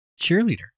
cheerleader